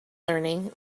learning